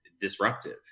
disruptive